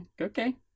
Okay